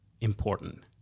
important